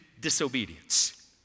disobedience